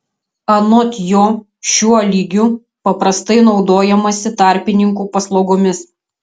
anot jo šiuo lygiu paprastai naudojamasi tarpininkų paslaugomis